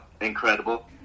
incredible